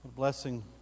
blessing